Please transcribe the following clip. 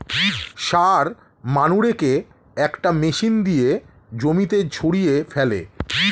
সার মানুরেকে একটা মেশিন দিয়ে জমিতে ছড়িয়ে ফেলে